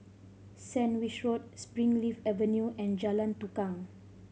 Sandwich Road Springleaf Avenue and Jalan Tukang